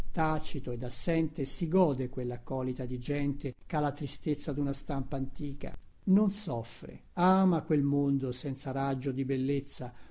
tacito ed assente si gode quellaccolita di gente chà la tristezza duna stampa antica non soffre ama quel mondo senza raggio di bellezza